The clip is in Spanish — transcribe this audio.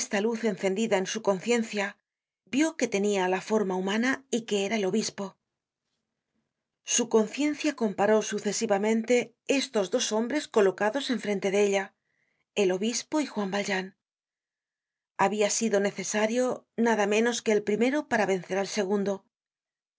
esta luz encendida en su conciencia vió que tenia la forma humana y que era el obispo su conciencia comparó sucesivamente estos dos hombres colocados en frente de ella el obispo y juan valjean habia sido necesario nada menos que el primero para vencer al segundo